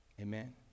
Amen